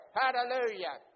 hallelujah